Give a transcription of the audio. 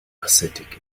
ascetic